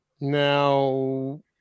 Now